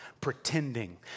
pretending